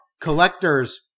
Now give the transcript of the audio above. collectors